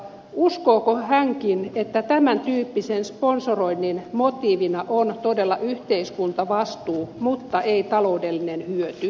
uskotteko tekin että tämän tyyppisen sponsoroinnin motiivina on todella yhteiskuntavastuu eikä taloudellinen hyöty